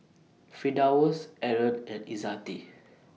Firdaus Aaron and Izzati